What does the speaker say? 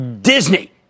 Disney